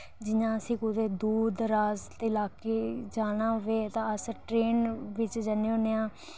जि'यां असें कुतै दूर दराज़ दे लाके ई जाना होऐ ते अस ट्रेन बिच जन्ने आं